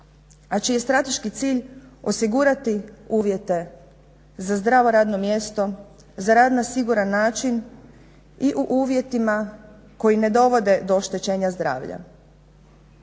a čiji je strateški cilj osigurati uvjete za zdravo radno mjesto, za rad na siguran način i u uvjetima koji ne dovode do oštećenja zdravlja.